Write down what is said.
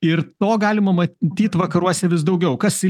ir to galima matyt vakaruose vis daugiau kas į